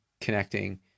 connecting